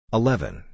eleven